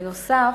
בנוסף,